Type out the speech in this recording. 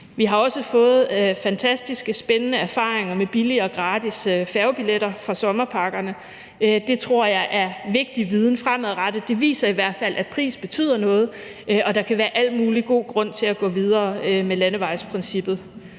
Vi har også fået fantastiske, spændende erfaringer med billige og gratis færgebilletter fra sommerpakkerne. Det tror jeg er vigtig viden fremadrettet, det viser i hvert fald, at pris betyder noget, og at der kan være al mulig god grund til at gå videre med landevejsprincippet.